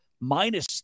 minus